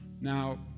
Now